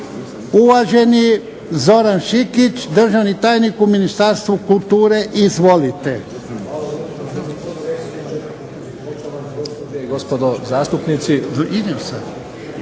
Uvaženi Zoran Šikić državni tajnik u Ministarstvu kulture. Izvolite.